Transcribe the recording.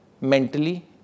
mentally